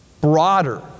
broader